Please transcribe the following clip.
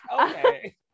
okay